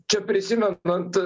čia prisimenant